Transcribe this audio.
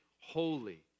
holy